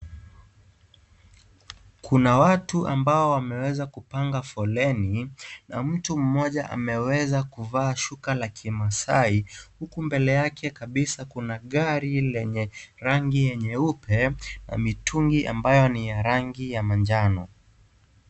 Kuna watu ambao wameweza kupanga foleni na mtu mmoja ameweza kuvaa shuka la kimasaai huku mbele yake kabisa kuna gari lenye rangi ya nyeupe na mitungi ambayo ni ya rangi ya manjano.